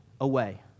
away